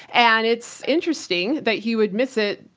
and it's interesting that he would miss it,